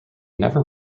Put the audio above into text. never